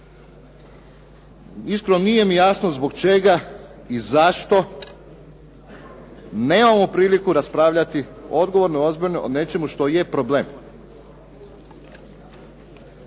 iskreno nije mi jasno zbog čega i zašto nemamo priliku raspravljati odgovorno i ozbiljno o nečemu što je problem.